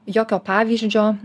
jokio pavyzdžio